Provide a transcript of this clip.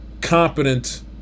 competent